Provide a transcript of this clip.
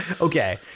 Okay